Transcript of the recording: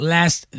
Last